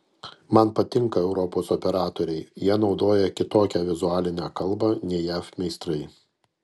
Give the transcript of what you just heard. man patinka europos operatoriai jie naudoja kitokią vizualinę kalbą nei jav meistrai